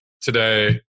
today